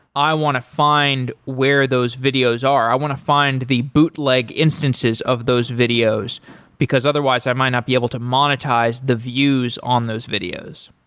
i want to find where those videos are, i want to find the bootleg instances of those videos because otherwise i might not be able to monetize the views on those videos?